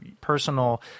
personal